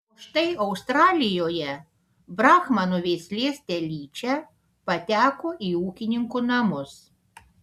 o štai australijoje brahmanų veislės telyčia pateko į ūkininkų namus